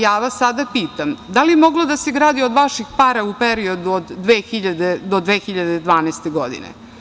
Ja vas sada pitam – da li je moglo da se gradi od vaših para u periodu od 2000. do 2012. godine?